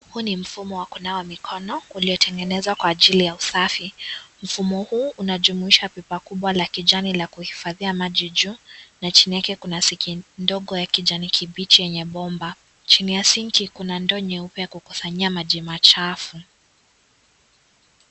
Huu ni mfumo wa kunawa mikono, uliotengenezwa kwa ajili ya usafi. Mfumo huu unajumuisha beba kubwa la kijani la kuhifadhia maji juu na chini yake kuna sinki ndogo ya kijani kibichi yenye bomba. Chini ya sinki kuna ndoo nyeupe ya kusanyia maji machafu.